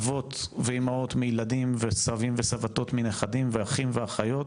אבות ואימהות מילדים וסבים וסבתות מנכדים ואחים ואחיות,